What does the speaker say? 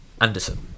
Anderson